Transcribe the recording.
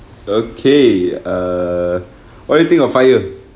okay err what do you think of fire